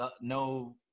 no